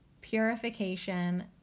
purification